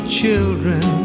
children